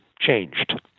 changed